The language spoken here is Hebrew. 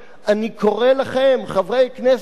חברי כנסת ציוניים מצפוניים,